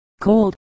cold